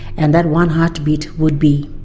and that one heartbeat would be